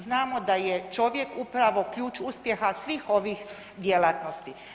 Znamo da je čovjek upravo ključ uspjeha svih ovih djelatnosti.